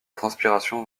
transpiration